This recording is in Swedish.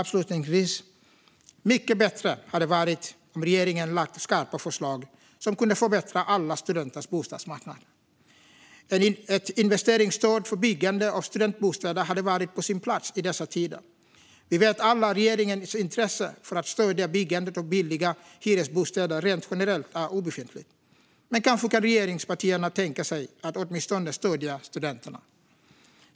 Det hade varit mycket bättre om regeringen hade lagt fram skarpa förslag som kunde förbättra alla studenters bostadsmarknad. Ett investeringsstöd för byggande av studentbostäder hade varit på sin plats i dessa tider. Vi vet alla att regeringens intresse för att stödja byggandet av billiga hyresbostäder rent generellt är obefintligt, men kanske kan regeringspartierna tänka sig att åtminstone stödja studenterna.